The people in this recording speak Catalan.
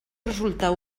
resultar